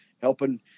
helping